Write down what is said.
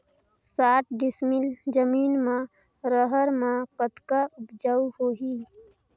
साठ डिसमिल जमीन म रहर म कतका उपजाऊ होही?